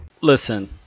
Listen